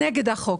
נגד החוק.